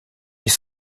est